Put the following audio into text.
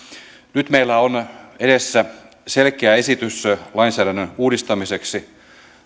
nyt meillä on edessä selkeä esitys lainsäädännön uudistamiseksi